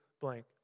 blank